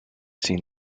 seen